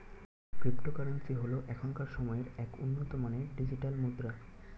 cryptocurrency হল এখনকার সময়ের এক উন্নত মানের ডিজিটাল মুদ্রা